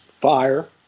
fire